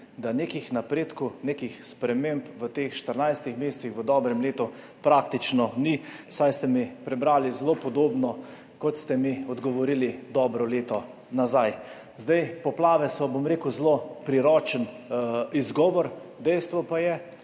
da nekih napredkov, nekih sprememb v teh 14 mesecih, v dobrem letu praktično ni, saj ste mi prebrali zelo podobno, kot ste mi odgovorili dobro leto nazaj. Poplave so, bom rekel, zelo priročen izgovor. Dejstvo pa je,